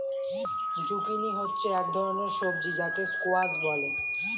zucchini হচ্ছে এক ধরনের সবজি যাকে স্কোয়াশ বলে